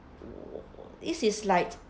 this is like